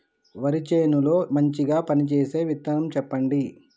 వరి చేను లో మంచిగా పనిచేసే విత్తనం చెప్పండి?